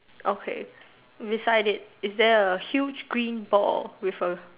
okay beside it is there a huge green ball with a